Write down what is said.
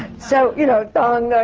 so, you know, bong!